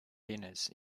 tennis